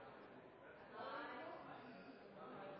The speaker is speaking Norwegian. Da er